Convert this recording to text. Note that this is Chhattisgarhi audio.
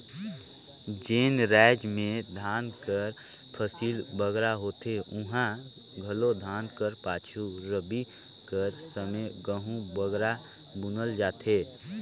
जेन राएज में धान कर फसिल बगरा होथे उहां घलो धान कर पाछू रबी कर समे गहूँ बगरा बुनल जाथे